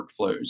workflows